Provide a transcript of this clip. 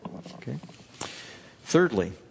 thirdly